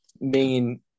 main